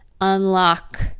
unlock